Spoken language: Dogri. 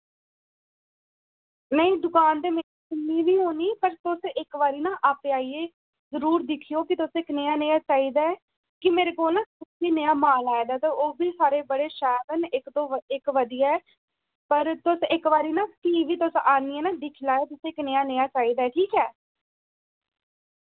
नेईं दुकान ते मैं इन्नी नि होनी पर तुस इक बारी ना आप्पे आइयै जरूर दिक्खेओ कि तुसें कनेह्य नेहा चाहिदा ऐ कि मेरे कोल नया माल आए दा ते ओ फ्ही सारे बड़े शैल न इक तो इक बधिया ऐ पर तुस इक बारी ना फ्ही बी तुस आह्नियै ना दिक्खी लैयो तुसें कनेह्य नेहा चाहिदा ऐ ठीक ऐ